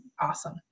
awesome